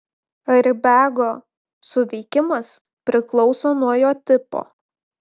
airbego suveikimas priklauso nuo jo tipo